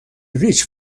ریچ